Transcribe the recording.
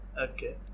Okay